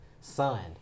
son